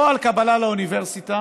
או על קבלה לאוניברסיטה,